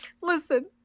listen